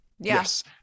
Yes